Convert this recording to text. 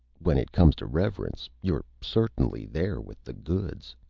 when it comes to reverence, you're certainly there with the goods!